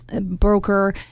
broker